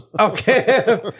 Okay